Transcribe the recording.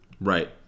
Right